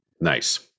Nice